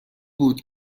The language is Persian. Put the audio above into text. بود